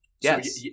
yes